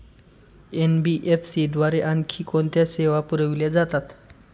NBFC द्वारे आणखी कोणत्या सेवा पुरविल्या जातात?